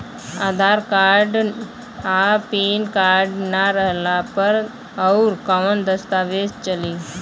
आधार card आ PAN card ना रहला पर अउरकवन दस्तावेज चली?